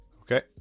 Okay